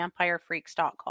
VampireFreaks.com